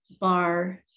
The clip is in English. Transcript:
bar